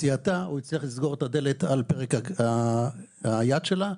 יציאתה הוא הצליח לסגור את הדלת על פרק היד שלה,